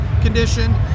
condition